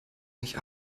nicht